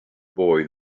boy